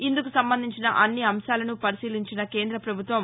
ఇందుకు సంబంధించిన అన్ని అంశాలను పరిశీలించిన కేంద్ర ప్రభుత్వం